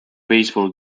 baseball